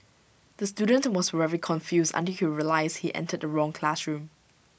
the student was very confused until he realised he entered the wrong classroom